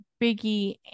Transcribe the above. Biggie